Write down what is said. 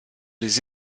les